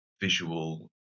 visual